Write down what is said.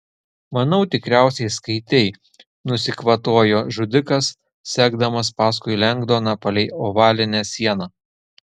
manau tikriausiai skaitei nusikvatojo žudikas sekdamas paskui lengdoną palei ovalinę sieną